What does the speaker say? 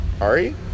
Ari